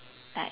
like